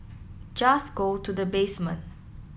just go to the basement